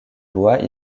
bois